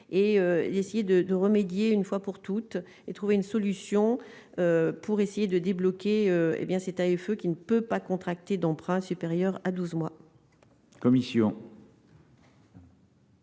et d'essayer de remédier une fois pour toutes et trouver une solution pour essayer de débloquer, hé bien c'est à eux qu'il ne peut pas contracter d'emprunt supérieur à 12 mois.